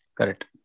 Correct